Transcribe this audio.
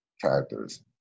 characters